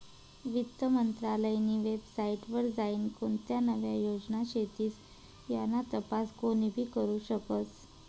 वित्त मंत्रालयनी वेबसाईट वर जाईन कोणत्या नव्या योजना शेतीस याना तपास कोनीबी करु शकस